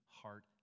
heart